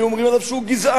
היו אומרים עליו שהוא גזען.